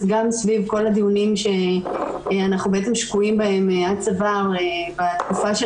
גם סביב כל הדיונים שאנחנו שקועים בהם עד צוואר בתקופה של